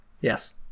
yes